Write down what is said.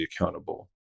accountable